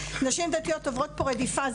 נשים דתיות עוברות פה רדיפה.